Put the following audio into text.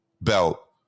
belt